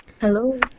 hello